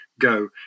Go